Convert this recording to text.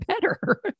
better